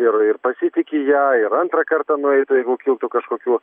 ir ir pasitiki ja ir antrą kartą nueitų jeigu kiltų kažkokių